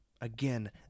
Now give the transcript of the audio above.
Again